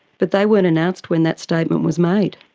but they weren't announced when that statement was made.